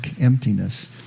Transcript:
emptiness